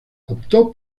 optó